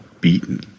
beaten